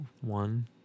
one